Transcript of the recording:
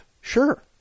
sure